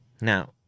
Now